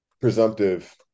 presumptive